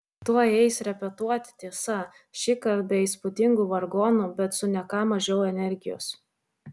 tuoj eis repetuoti tiesa šįkart be įspūdingų vargonų bet su ne ką mažiau energijos